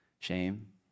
Shame